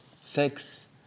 Sex